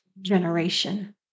generation